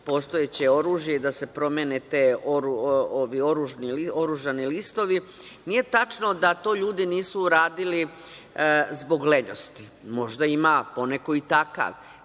postojeće oružje i da se promene ti oružani listovi, nije tačno da to ljudi nisu uradili zbog lenjosti, možda ima poneko i takav.